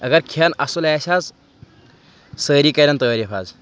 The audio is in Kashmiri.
اَگر کھٮ۪ن اَصٕل آسہِ حظ سٲری کَرن تٲریٖف حظ